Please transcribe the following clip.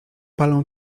palą